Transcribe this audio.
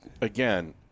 Again